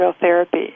therapy